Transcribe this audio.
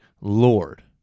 Lord